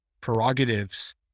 prerogatives